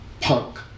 punk